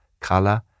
color